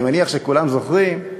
ואני מניח שכולם זוכרים,